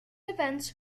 events